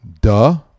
duh